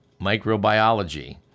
Microbiology